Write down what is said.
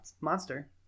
monster